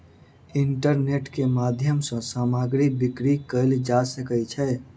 internet के माध्यम सॅ सामग्री बिक्री कयल जा सकै छै